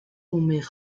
onweer